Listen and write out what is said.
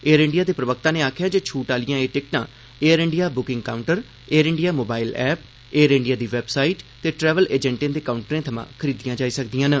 air India दे प्रवक्ता नै आखेआ ऐ जे छूट आहिलआ एह् टिकटा एयर इंडिया बुक्कि काउद्वर air India mobile app air India दी वैबसाईट ते ट्रैवल एजेंटे दे काउदरें थमा खरीदीआ जाई सकदिआ न